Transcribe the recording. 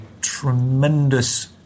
tremendous